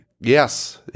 Yes